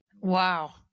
Wow